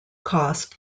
cost